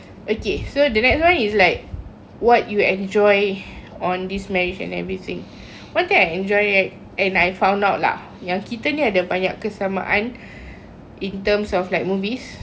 okay so the next one is like what you enjoy on this marriage and everything what thing I enjoy right and I found out lah yang kita ni ada banyak kesamaan in terms of like movies